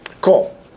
cool